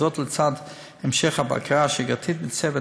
זאת לצד המשך הבקרה השגרתית בצוות